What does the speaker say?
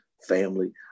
family